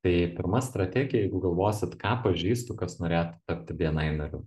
tai pirma strategija jeigu galvosit ką pažįstu kas norėtų tapti bni nariu